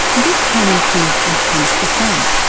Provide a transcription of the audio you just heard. this can improve outcomes for some.